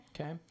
Okay